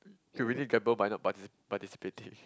she really gamble by not partici~ not participating